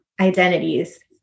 identities